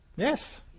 Yes